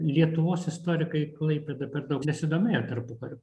lietuvos istorikai klaipėda per daug nesidomėjo tarpukariu